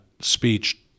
speech